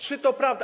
Czy to prawda?